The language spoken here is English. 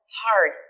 hard